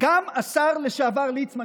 גם השר לשעבר ליצמן,